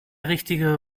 richtige